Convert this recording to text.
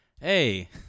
Hey